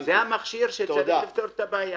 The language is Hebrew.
זה המכשיר שבאמצעותו צריך לפתור את הבעיה.